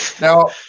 Now